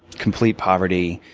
complete poverty,